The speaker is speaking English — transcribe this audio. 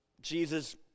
Jesus